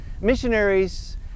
missionaries